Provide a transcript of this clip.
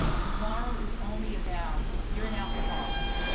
tomorrow is only about, you're an alcoholic.